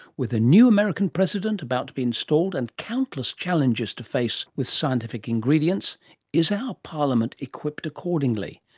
with a new american president about to be installed, and countless challenges to face with scientific ingredients is our parliament equipped accordingly?